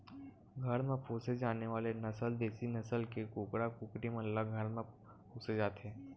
घर म पोसे जाने वाले नसल देसी नसल के कुकरा कुकरी मन ल घर म पोसे जाथे